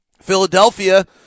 Philadelphia